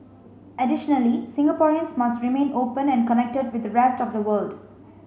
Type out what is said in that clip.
additionally Singaporeans must remain open and connected with the rest of the world